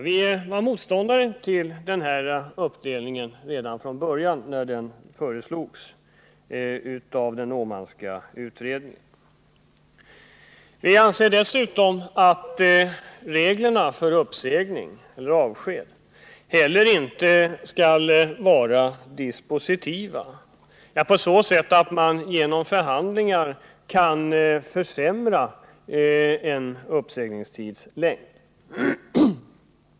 Vi var motståndare till denna uppdelning redan från början, när den föreslogs av den Åmanska utredningen. Vi anser dessutom att reglerna för uppsägning eller avsked inte skall vara dispositiva på så sätt att man genom förhandlingar kan försämra uppsägningstidens längd.